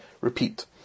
repeat